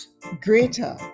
greater